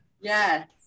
Yes